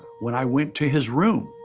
when i went to his room,